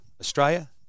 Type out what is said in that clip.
Australia